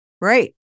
Right